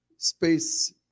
space